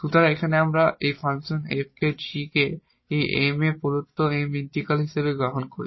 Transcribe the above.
সুতরাং এখানে আমরা এই ফাংশন g কে এই M এর প্রদত্ত M এর ইন্টিগ্রাল অংশ হিসেবে গ্রহণ করি